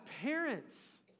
parents